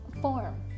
Form